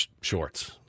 shorts